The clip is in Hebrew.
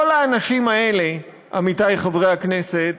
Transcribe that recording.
כל האנשים האלה, עמיתי חברי הכנסת,